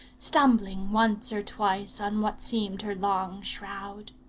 stumbling once or twice on what seemed her long shroud.